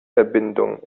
verbindung